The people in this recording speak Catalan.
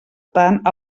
tant